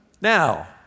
Now